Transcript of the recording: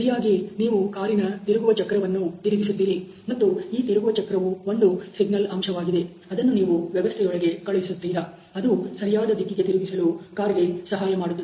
ಸರಿಯಾಗಿ ನೀವು ಕಾರಿನ ತಿರುಗುವ ಚಕ್ರವನ್ನು ತಿರುಗಿಸುತ್ತಿರಿ ಮತ್ತು ಈ ತಿರುಗುವ ಚಕ್ರವು ಒಂದು ಸಿಗ್ನಲ್ ಅಂಶವಾಗಿದೆ ಅದನ್ನು ನೀವು ವ್ಯವಸ್ಥೆಯೊಳಗೆ ಕಳುಹಿಸುತ್ತೀರಾ ಅದು ಸರಿಯಾದ ದಿಕ್ಕಿಗೆ ತಿರುಗಿಸಲು ಕಾರಗೆ ಸಹಾಯಮಾಡುತ್ತದೆ